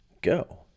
go